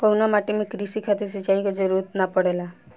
कउना माटी में क़ृषि खातिर सिंचाई क जरूरत ना पड़ेला?